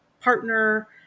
partner